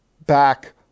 back